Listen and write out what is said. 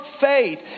faith